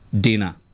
dinner